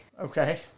Okay